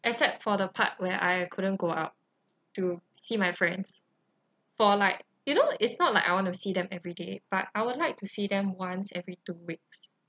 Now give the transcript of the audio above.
except for the part where I couldn't go out to see my friends for like you know it's not like I want to see them everyday but I would like to see them once every two weeks